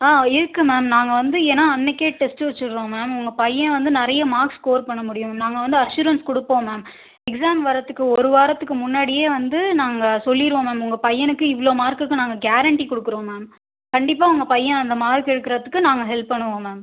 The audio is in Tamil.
ஆ இருக்கு மேம் நாங்கள் வந்து ஏன்னா அன்னைக்கே டெஸ்ட் வச்சிடுறோம் மேம் உங்கள் பையன் வந்து நிறையா மார்க்ஸ் ஸ்கோர் பண்ண முடியும் நாங்கள் வந்து அஷ்ஷுரன்ஸ் கொடுப்போம் மேம் எக்ஸாம் வரத்துக்கு ஒரு வாரத்துக்கு முன்னாடியே வந்து நாங்கள் சொல்லிடுவோம் மேம் உங்கள் பையனுக்கு இவ்வளோ மார்க்குக்கு நாங்கள் கேரண்ட்டி கொடுக்குறோம் மேம் கண்டிப்பாக உங்கள் பையன் அந்த மார்க் எடுக்கிறத்துக்கு நாங்கள் ஹெல்ப் பண்ணுவோம் மேம்